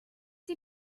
die